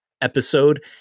episode